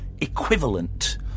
equivalent